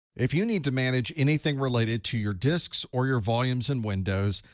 if you need to manage anything related to your disks or your volumes in windows,